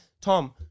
Tom